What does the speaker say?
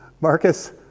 Marcus